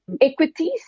equities